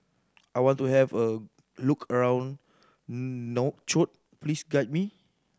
I want to have a look around Nouakchott please guide me